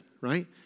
right